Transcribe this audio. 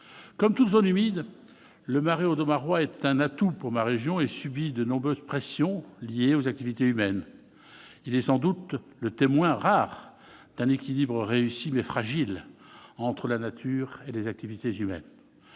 comme toutes zones humides le marais Audomarois est un atout pour ma région et subit de nombreuses pressions liées aux activités humaines, il est sans doute le témoin rare d'un équilibre réussi bien fragile entre la nature et des activités humaines